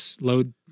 load